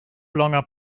longer